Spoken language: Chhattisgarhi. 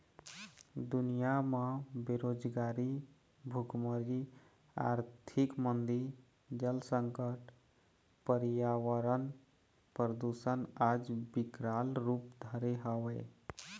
दुनिया म बेरोजगारी, भुखमरी, आरथिक मंदी, जल संकट, परयावरन परदूसन आज बिकराल रुप धरे हवय